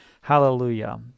Hallelujah